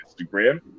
Instagram